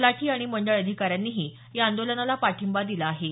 तलाठी आणि मंडळ अधिकाऱ्यांनीही या आंदोलनाला पाठिंबा दिला आहे